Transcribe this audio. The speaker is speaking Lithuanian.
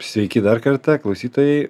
sveiki dar kartą klausytojai